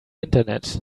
internet